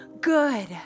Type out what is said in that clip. good